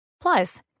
Plus